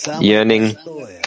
yearning